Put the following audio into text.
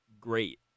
great